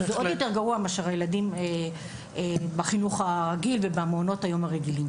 זה עוד יותר גרוע מאשר לילדים בחינוך ובמעונות הרגילים.